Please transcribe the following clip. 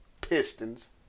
Pistons